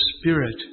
Spirit